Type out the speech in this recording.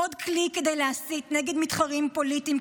עוד כלי כדי להסית נגד מתחרים פוליטיים,